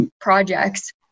projects